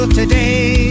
today